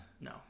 No